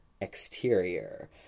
exterior